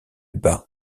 bat